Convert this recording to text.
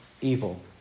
evil